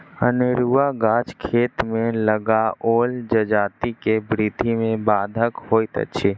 अनेरूआ गाछ खेत मे लगाओल जजाति के वृद्धि मे बाधक होइत अछि